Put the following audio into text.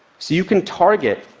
so you can target,